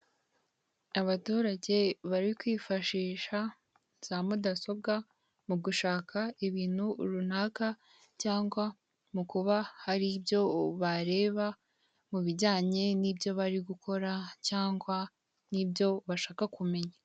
Abaturage bari kwifashisha za mudasobwa mu gushaka ibintu runaka, cyangwa mu kuba hari ibyo bareba mu bijyanye n'ibyo bari gukora, cyangwa n'ibyo bashaka kumenya.